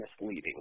misleading